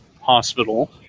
hospital